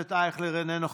חבר הכנסת אייכלר, איננו.